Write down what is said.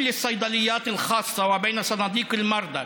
בתי המרקחת הפרטיים ובין קופות החולים,